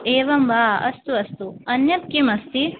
एवं वा अस्तु अस्तु अन्यत् किमस्ति